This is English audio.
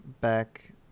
back